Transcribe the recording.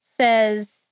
says